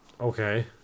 Okay